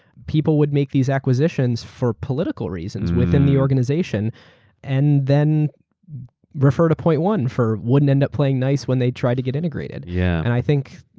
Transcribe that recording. people would make these acquisitions for political reasons within the organization and then refer to point one for wouldn't end up playing nice when they try to get integrated. yeah and i think,